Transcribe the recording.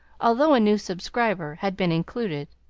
although a new subscriber, had been included.